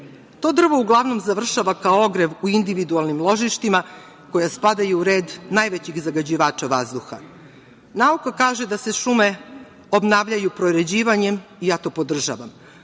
To drvo uglavnom završava kao ogrev u individualnim ložištima koja spadaju u red najvećih zagađivača vazduha. Nauka kaže da se šume obnavljaju proređivanjem i ja to podržavam,